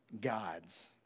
God's